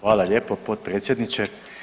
Hvala lijepo potpredsjedniče.